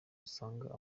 usanga